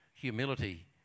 humility